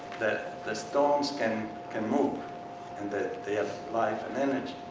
the the stones can, can move and that they have life and energy.